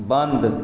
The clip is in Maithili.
बन्द